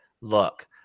Look